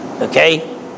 Okay